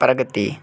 प्रगति